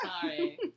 Sorry